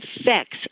affects